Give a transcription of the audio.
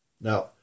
Now